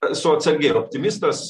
esu atsargiai ir optimistas